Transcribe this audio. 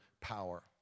power